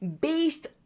based